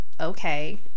okay